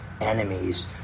enemies